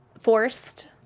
Forced